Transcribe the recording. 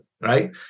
right